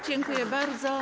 Dziękuję bardzo.